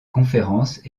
conférences